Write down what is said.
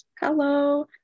Hello